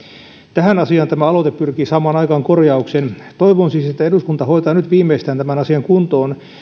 tähän asiaan tämä aloite pyrkii saamaan aikaan korjauksen toivon siis että eduskunta hoitaa nyt viimeistään tämän asian kuntoon